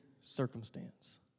circumstance